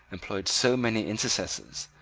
employed so many intercessors,